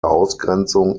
ausgrenzung